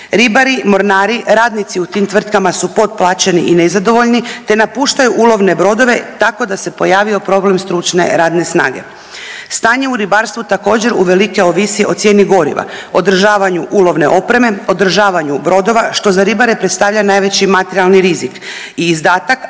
Ribari, mornari, radnici u tim tvrtkama su potplaćeni i nezadovoljni, te napuštaju ulovne brodove tako da se pojavio problem stručne radne snage. Stanje u ribarstvu također uvelike ovisi o cijeni goriva, održavanju ulovne opreme, održavanju brodova, što za ribare predstavlja najveći materijalni rizik i izdatak,